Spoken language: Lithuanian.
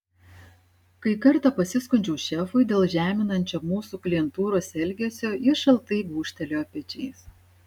kai kartą pasiskundžiau šefui dėl žeminančio mūsų klientūros elgesio jis šaltai gūžtelėjo pečiais